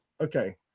Okay